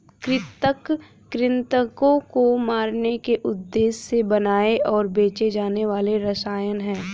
कृंतक कृन्तकों को मारने के उद्देश्य से बनाए और बेचे जाने वाले रसायन हैं